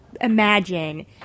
imagine